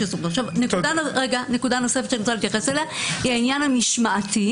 נקודה נוספת שאני רוצה להתייחס אליה היא העניין המשמעתי.